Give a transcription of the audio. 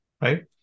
right